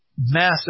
massive